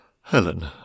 Helen